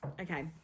Okay